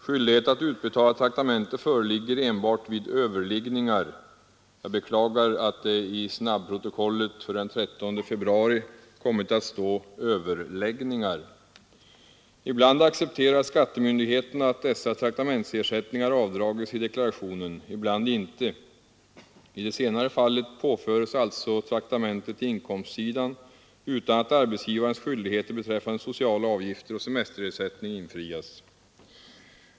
Skyldighet att utbetala traktamente föreligger enbart vid överliggningar — jag beklagar att det i snabbprotokollet för den 13 februari kommit att stå ”överläggningar”. Ibland accepterar skattemyndigheterna att dessa traktamentsersättningar avdrages i deklarationen — ibland inte. I det senare fallet påföres alltså traktamentet inkomstsidan utan att arbetsgivarens skyldigheter beträffande sociala avgifter och semesterersättning infrias.